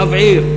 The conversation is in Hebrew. רב עיר,